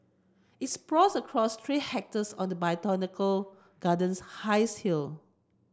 it sprawls across three hectares on the botanical garden's highest hill